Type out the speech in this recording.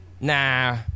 nah